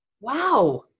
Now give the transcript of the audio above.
Wow